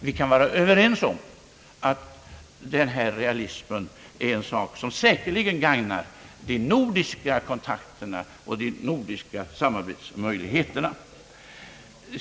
Vi kan vara överens om att denna realism säkerligen gagnar de nordiska kontakterna och de nordiska samarbetsmöjligheterna.